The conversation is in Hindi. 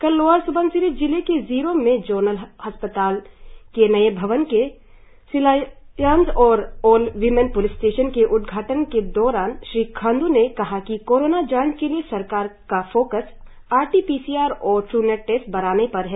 कल लोअर स्बनसिरी जिले के जीरो में जोनल अस्पताल के नए भवन के शिलान्यास और ऑल वीमेन प्लिस स्टेशन के उद्घाटन के दौरान श्री खांड् ने कहा कि कोरोना जांच के लिए सरकार का focus R T P C R और हूनेट टेस्ट बढ़ाने पर है